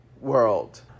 world